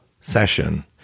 session